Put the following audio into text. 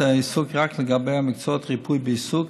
העיסוק רק לגבי המקצועות ריפוי בעיסוק,